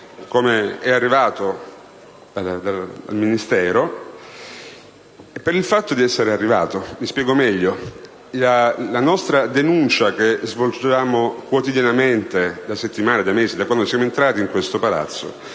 come è arrivato dal Ministero, per il fatto di essere arrivato. Mi spiego meglio. La denuncia che svolgiamo quotidianamente, da settimane, da mesi, da quando siamo entrati in questo Palazzo,